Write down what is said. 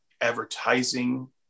advertising